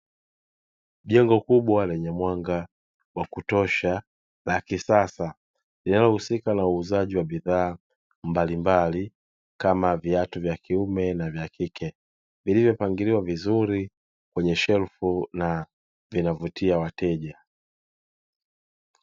Jengo kubwa lenye mwanga wa kutosha la kisasa linalohusika na uuzaji wa bidhaa mbalimbali kama viatu vya kiume na vya kike, vilivopangiliwa vizuri kwenye shelfu na vinavutia wateja.